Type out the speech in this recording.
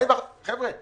41. חבר'ה,